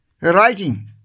Writing